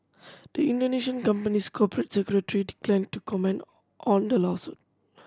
the Indonesian company's corporate secretary declined to comment on the lawsuit